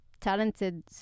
talented